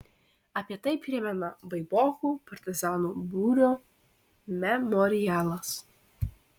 apie tai primena baibokų partizanų būrio memorialas